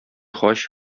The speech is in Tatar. хаҗ